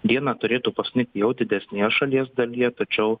dieną turėtų pasnigt jau didesnėje šalies dalyje tačiau